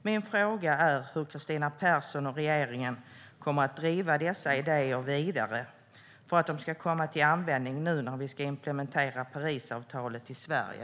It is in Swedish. Min fråga är hur Kristina Persson och regeringen kommer att driva dessa idéer vidare för att de ska komma till användning nu när vi ska implementera Parisavtalet i Sverige?